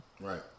Right